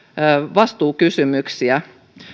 vastuukysymyksiä